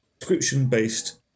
subscription-based